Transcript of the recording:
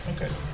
Okay